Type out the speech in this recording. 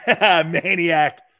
Maniac